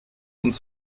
uns